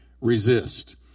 resist